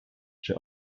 czy